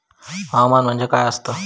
हवामान म्हणजे काय असता?